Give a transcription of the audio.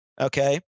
Okay